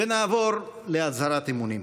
ונעבור להצהרת אמונים.